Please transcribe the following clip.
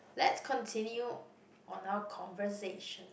let's continue on our conversation